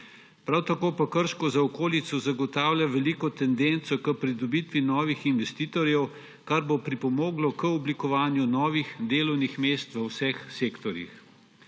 Prav tako pa Krško z okolico zagotavlja veliko tendence k pridobitvi novih investitorjev, kar bo pripomoglo k oblikovanju novih delovnih mest v vseh sektorjih.